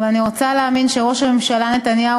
ואני רוצה להאמין שראש הממשלה נתניהו